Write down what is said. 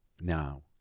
Now